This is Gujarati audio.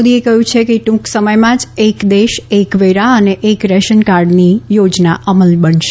મોદીએ કહ્યું છે કે ટૂંક સમયમાં જ એક દેશ એક વેરા અને એક રેશનકાર્ડ યોજના અમલી બનશે